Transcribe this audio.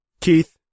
Keith